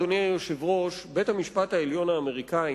בית-המשפט העליון האמריקני